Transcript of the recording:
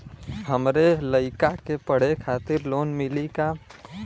हमरे लयिका के पढ़े खातिर लोन मिलि का?